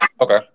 okay